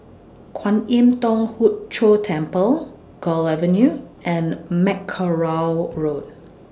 Kwan Im Thong Hood Cho Temple Gul Avenue and Mackerrow Road